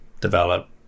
develop